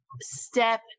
step